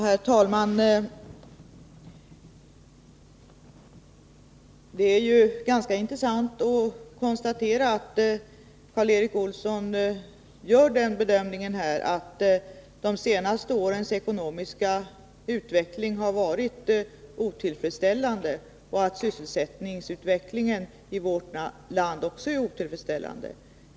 Herr talman! Det är ganska intressant att konstatera att Karl Erik Olsson här gör den bedömningen att de senaste årens ekonomiska utveckling har varit otillfredsställande och att sysselsättningsutvecklingen i vårt land också är otillfredsställande.